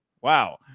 Wow